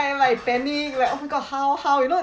like panic like oh my god how how you know